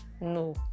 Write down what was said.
No